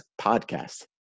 podcast